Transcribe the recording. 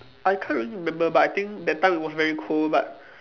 I can't really remember but I think that time it was very cold but